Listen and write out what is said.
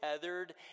tethered